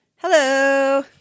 Hello